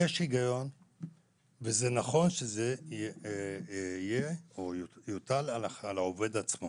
יש היגיון ונכון שזה יוטל על העובד עצמו